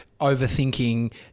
overthinking